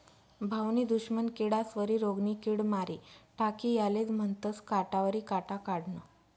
भाऊनी दुश्मन किडास्वरी रोगनी किड मारी टाकी यालेज म्हनतंस काटावरी काटा काढनं